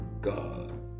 God